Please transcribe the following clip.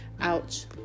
ouch